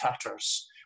tatters